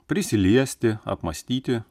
prisiliesti apmąstyti